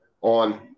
on